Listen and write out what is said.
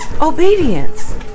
obedience